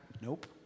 Nope